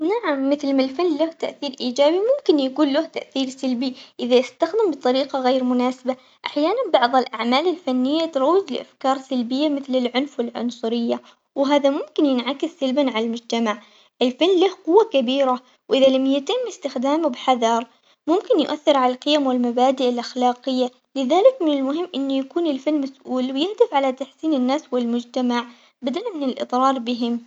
نعم مثل ما الفن له تأثير إيجابي ممكن يكون له تأثير سلبي إذا استخدم بطريقة غير مناسبة، أحياناً بعض الأعمال الفنية تروج لأفكار سلبية مثل العنف والعنصرية وهذا ممكن ينعكس سلباً عالمجتمع، الفن له قوة كبيرة إذا لم يتم استخدامه بحذر ممكن يؤثر على القيم والمبادئ الأخلاقية لذلك من المهم إنه يكون الفن مسئول ويهدف على تحسين الناس والمجتمع بدلاً من الاضرار بهم.